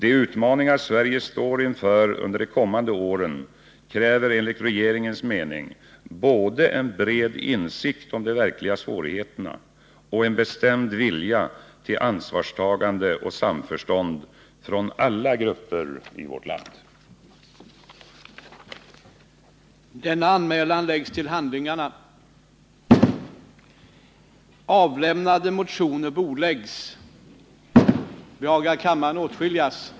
De utmaningar Sverige står inför under de kommande åren kräver enligt regeringens mening både en bred insikt om de verkliga svårigheterna och en bestämd vilja till ansvarstagande och samförstånd från alla grupper i vårt land.